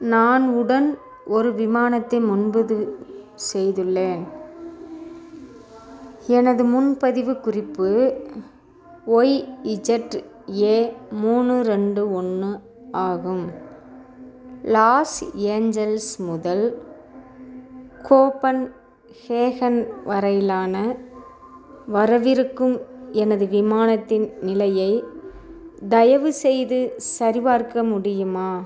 நான் உடன் ஒரு விமானத்தை முன்பதிவு செய்துள்ளேன் எனது முன்பதிவு குறிப்பு ஒய்இஜட்ஏ மூணு ரெண்டு ஒன்று ஆகும் லாஸ் ஏஞ்செல்ஸ் முதல் கோப்பன் ஹேகன் வரையிலான வரவிருக்கும் எனது விமானத்தின் நிலையை தயவுசெய்து சரிபார்க்க முடியுமா